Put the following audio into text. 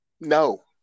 No